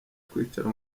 kwicara